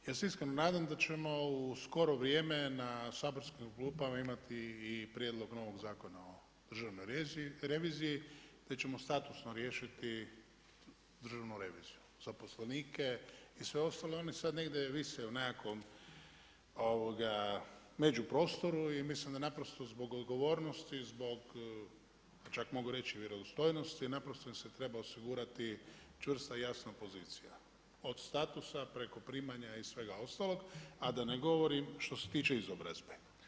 Ja se iskreno nadamo da ćemo u skoro vrijeme na saborskim klupama imati i prijedlog novog Zakona o Državnoj reviziji gdje ćemo statusno riješiti Državnu reviziju, zaposlenike jer oni sad negdje vise u nekakvom međuprostoru i mislim da naprosto zbog odgovornosti, pa čak mogu reći vjerodostojnosti, naprosto im se treba osigurati čvrsta i jasna pozicija od statusa preko primanja i svega ostalog, a da ne govorim što se tiče izobrazbe.